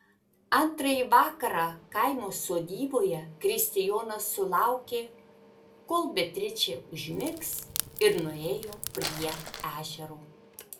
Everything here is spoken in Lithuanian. antrąjį vakarą kaimo sodyboje kristijonas sulaukė kol beatričė užmigs ir nuėjo prie ežero